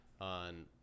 on